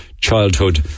childhood